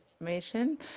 information